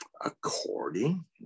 According